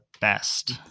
best